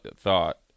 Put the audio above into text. thought